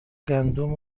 گندم